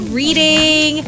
reading